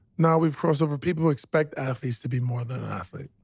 now we've crossed over, people expect athletes to be more than an athlete.